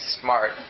smart